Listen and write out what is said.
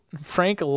Frank